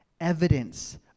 Evidence